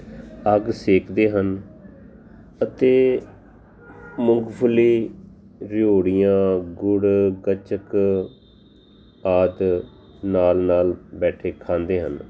ਅੱਗ ਸੇਕਦੇ ਹਨ ਅਤੇ ਮੂੰਗਫਲੀ ਰਿਉੜੀਆਂ ਗੁੜ ਗੱਚਕ ਆਦਿ ਨਾਲ ਨਾਲ ਬੈਠੇ ਖਾਂਦੇ ਹਨ